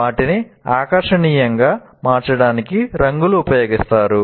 వాటిని ఆకర్షణీయంగా మార్చడానికి రంగులు ఉపయోగిస్తారు